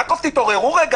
יעקב, תתעוררו רגע.